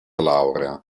laurea